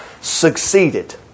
succeeded